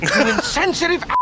insensitive